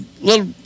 little